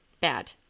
Bad